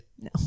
No